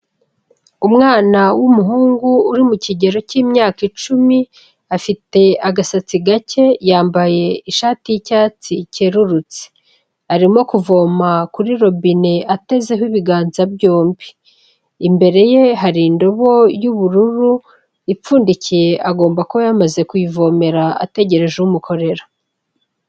Umwana w'umuhungu uri mu kigero cy'imyaka icumi afite agasatsi gake, yambaye ishati y'icyatsi cyererutse arimo kuvoma kuri robine atezeho ibiganza byombi, imbere ye hari indobo y'ubururu ipfundikiye agomba kuba yamaze kuyivomera ategereje umukorera.